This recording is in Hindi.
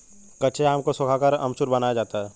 कच्चे आम को सुखाकर अमचूर बनाया जाता है